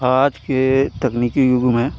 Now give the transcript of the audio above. आज के तकनीकी युग में